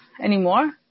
anymore